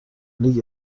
لیگ